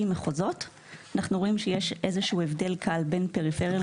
אנחנו רואים שיש הבדל קל בין פריפריה למרכז.